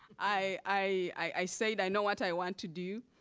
i i said i know what i want to do.